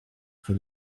for